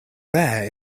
rare